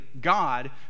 god